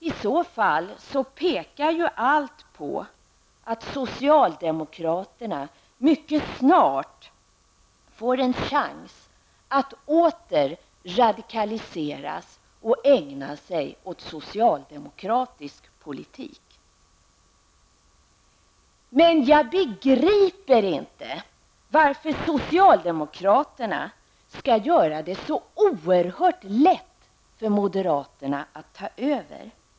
I så fall pekar ju allt på att socialdemokraterna mycket snart får en chans att åter radikaliseras och ägna sig åt socialdemokratisk politik. Men jag bergriper inte varför socialdemokraterna skall göra det så oerhört lätt för moderaterna att ta över.